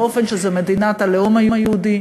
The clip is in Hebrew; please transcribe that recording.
באופן שזו מדינת הלאום היהודי,